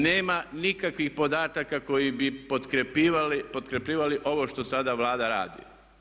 Nema nikakvih podataka koji bi potkrepljivali ovo što sada Vlada radi.